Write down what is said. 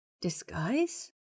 Disguise